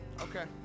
Okay